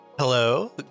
hello